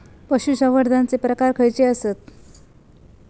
पशुसंवर्धनाचे प्रकार खयचे आसत?